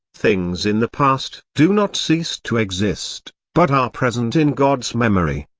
things in the past do not cease to exist, but are present in god's memory.